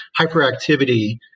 hyperactivity